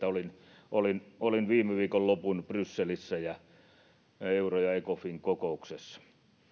enkä ole kerennyt perehtyä siihen olin viime viikonlopun brysselissä euro ja ecofin kokouksessa